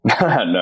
No